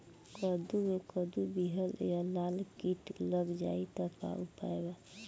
कद्दू मे कद्दू विहल या लाल कीट लग जाइ त का उपाय बा?